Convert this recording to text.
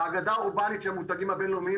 זו אגדה אורבנית שהמותגים הבינלאומיים